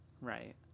right